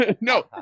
No